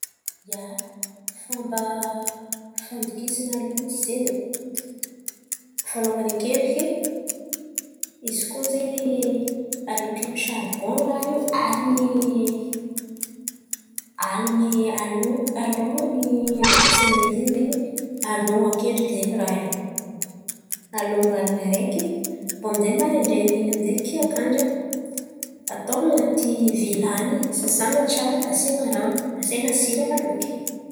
Ia, fomba fandokisan̈a lojy zen̈y, voanalohany akendriky, izy koa zen̈y aloky amy saribòn raha io, alin̈y lin̈y aloky lohany andokisana izy iny zen̈y alon̈o akendriky zen̈y raha io. Alon̈o alina araiky aviô aminjay marandrain̈in'iny aminjay, kiak'andra, atao an̈aty vilany, sasan̈a tsara, asian̈a rano, asian̈a sira, aloky.